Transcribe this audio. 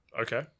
Okay